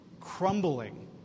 crumbling